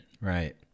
Right